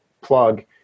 plug